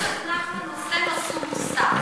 נחמן נושא נשוא מושא.